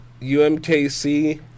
UMKC